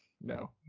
No